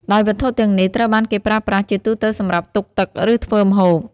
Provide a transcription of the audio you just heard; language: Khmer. ដោយវត្ថុទាំងនេះត្រូវបានគេប្រើប្រាស់ជាទូទៅសម្រាប់ទុកទឹក ឬធ្វើម្ហូប។